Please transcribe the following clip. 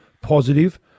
positive